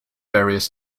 various